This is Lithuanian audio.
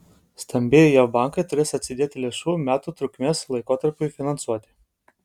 stambieji jav bankai turės atsidėti lėšų metų trukmės laikotarpiui finansuoti